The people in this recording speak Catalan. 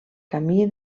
camí